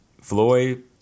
Floyd